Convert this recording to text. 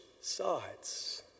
sides